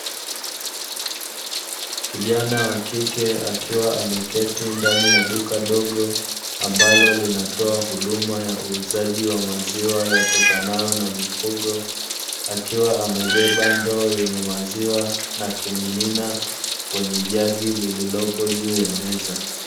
Kijana wa kike akiwa ameketi ndani ya duka dogo ambalo linatoa huduma ya uuzaji wa maziwa yatokanayo na mifugo, akiwa amebeba ndoo yenye maziwa akimimina kwenye jagi lililopo juu ya meza.